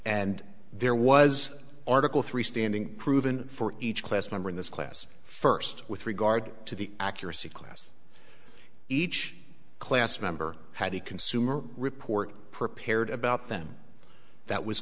and there was article three standing proven for each class member in this class first with regard to the accuracy class each class member had a consumer report prepared about them that was